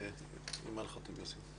הכנסת אימאן ח'טיב יאסין.